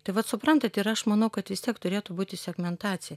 tai vat suprantat ir aš manau kad vis tiek turėtų būti segmentacija